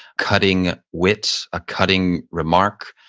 cutting wit, a cutting remark.